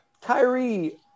Kyrie